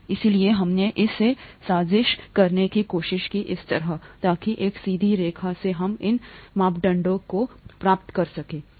इसलिए हमने इसे साजिश करने की कोशिश की इस तरह ताकि एक सीधी रेखा से हम इन मापदंडों को प्राप्त कर सकें